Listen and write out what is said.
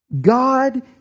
God